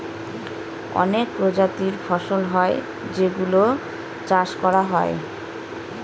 অনেক প্রজাতির ফসল হয় যেই গুলো চাষ করা হয়